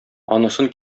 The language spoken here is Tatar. анысын